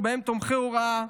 ובהם תומכי הוראה,